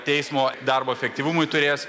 teismo darbo efektyvumui turės